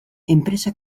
enpresa